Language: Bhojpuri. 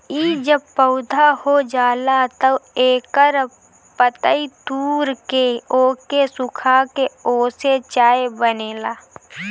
इ जब पौधा हो जाला तअ एकर पतइ तूर के ओके सुखा के ओसे चाय बनेला